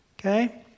Okay